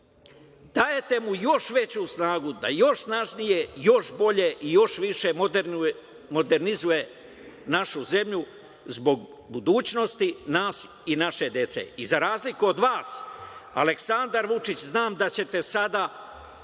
dajete mu još veću snagu, da još snažnije, još bolje i još više modernizuje našu zemlju zbog budućnosti nas i naše dece.Za razliku od vas, Aleksandar Vučić, znam da ćete sada